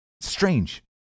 Strange